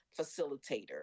facilitator